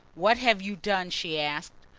what have you done? she asked.